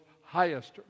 highest